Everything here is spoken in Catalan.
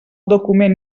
document